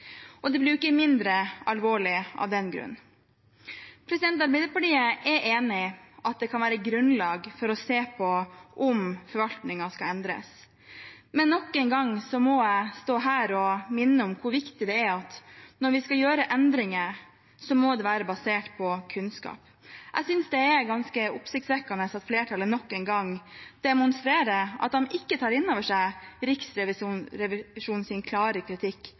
og det blir ikke mindre alvorlig av den grunn. Arbeiderpartiet er enig i at det kan være grunnlag for å se på om forvaltningen skal endres. Men nok en gang må jeg stå her og minne om hvor viktig det er at når vi skal gjøre endringer, må det være basert på kunnskap. Jeg synes det er ganske oppsiktsvekkende at flertallet nok en gang demonstrerer at de ikke tar inn over seg Riksrevisjonens klare kritikk,